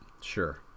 Sure